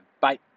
Bye